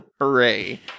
Hooray